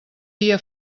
dia